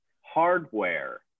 Hardware